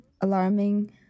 alarming